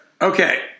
Okay